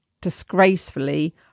disgracefully